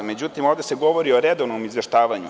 Međutim, ovde se govori o redovnom izveštavanju.